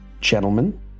Gentlemen